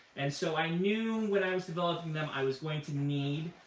and so i knew when i was developing them i was going to need